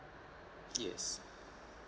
yes